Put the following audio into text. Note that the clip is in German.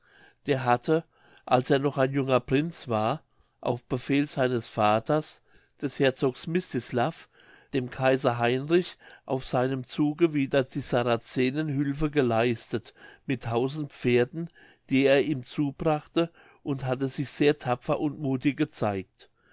der hatte als er noch ein junger prinz war auf befehl seines vaters des herzogs mizislav dem kaiser heinrich auf seinem zuge wider die sarazenen hülfe geleistet mit tausend pferden die er ihm zubrachte und hatte sich sehr tapfer und muthig gezeigt